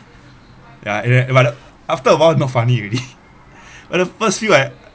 ya and then but after awhile not funny already but the first few I